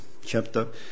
chapter